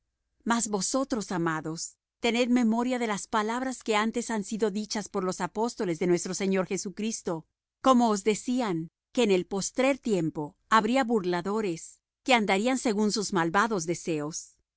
mas vosotros amados tened memoria de las palabras que antes han sido dichas por los apóstoles de nuestro señor jesucristo como os decían que en el postrer tiempo habría burladores que andarían según sus malvados deseos